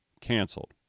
canceled